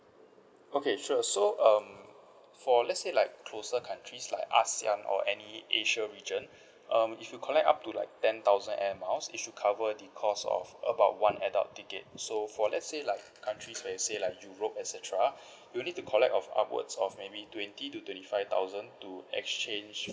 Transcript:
okay sure so um for let's say like closer countries like ASEAN or any asia region um if you collect up to like ten thousand airmiles it should cover the cost of about one adult ticket so for let's say like countries where you say like europe etcetera you need to collect of upwards of maybe twenty to twenty five thousand to exchange